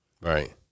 Right